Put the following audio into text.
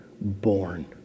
born